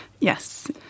Yes